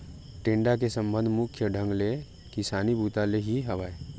टेंड़ा के संबंध मुख्य ढंग ले किसानी बूता ले ही हवय